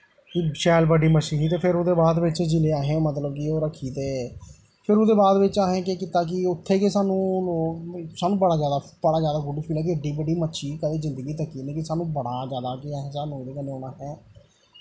शैल बड्डी मच्छी ही ते फिर ओह्दे बाद बिच्च जिसलै असें मतलब कि ओह् रक्खी ते फिर ओह्दे बाद बिच्च ओह् कीता कि उत्थें गै सानूं सानूं बड़ा जादा बड़ा जादा गु गुड फील होएआ कि एड्डी बड्डी मच्छी कदें जिन्दगी च तक्की नी ते सानूं बड़ा जादा कि सानूं ओह्दे कन्नै होना ऐ